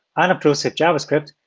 unobtrusive javascript,